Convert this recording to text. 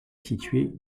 située